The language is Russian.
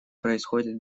происходят